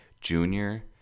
junior